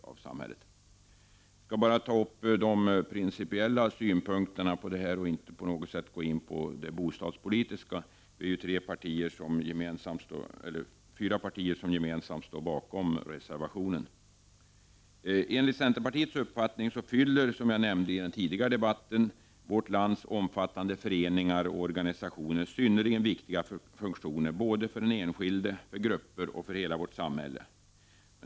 Jag skall enbart ta upp de principiella synpunkterna och inte diskutera bostadspolitik. Vi är fyra partier som gemensamt står bakom reservationen. Enligt centerpartiets uppfattning fyller, som jag nämnde i den tidigare debatten, vårt lands omfattande föreningar och organisationer synnerligen viktiga funktioner för den enskilde, för grupper och för hela vårt samhälle.